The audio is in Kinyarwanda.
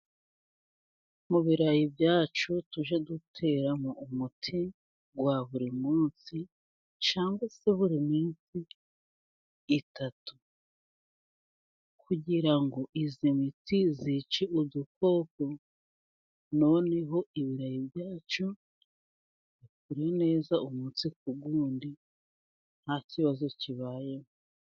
Mu birayi byacu, tujye duteramo umuti wa buri munsi cyangwa se buri minsi itatu, kugira ngo iyi miti yice udukoko noneho ibirayi byacu bikure neza, umunsi ku wundi ntakibazo kibaye.